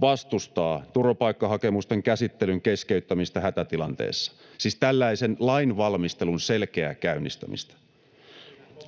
vastustaa turvapaikkahakemusten käsittelyn keskeyttämistä hätätilanteessa — siis tällaisen lainvalmistelun selkeää käynnistämistä.